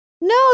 No